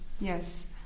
yes